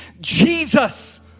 Jesus